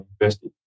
invested